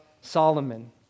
Solomon